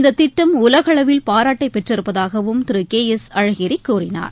இந்த திட்டம் உலகளவில் பாராட்டைப் பெற்றிருப்பதாகவும் திரு கே எஸ் அழகிரி கூறினார்